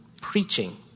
preaching